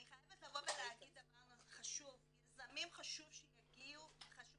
אני חייבת לבוא ולהגיד דבר חשוב: יזמים חשוב שיגיעו וחשוב